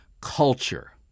culture